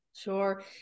Sure